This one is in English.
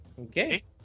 Okay